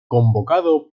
convocado